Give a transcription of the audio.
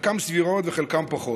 חלקן סבירות וחלקן פחות.